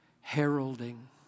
heralding